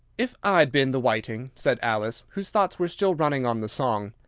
if i'd been the whiting, said alice, whose thoughts were still running on the song,